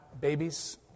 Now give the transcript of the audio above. babies